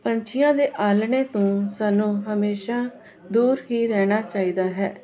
ਪੰਛੀਆਂ ਦੇ ਆਲਣੇ ਤੋਂ ਸਾਨੂੰ ਹਮੇਸ਼ਾ ਦੂਰ ਹੀ ਰਹਿਣਾ ਚਾਹੀਦਾ ਹੈ